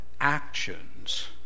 actions